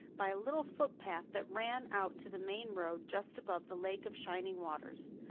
by a little footpath that ran out to the main road just above the lake of shining waters.